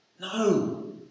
No